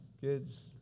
kids